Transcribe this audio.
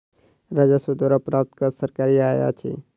राजस्व द्वारा प्राप्त कर सरकारी आय अछि